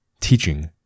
Teaching